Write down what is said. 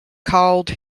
called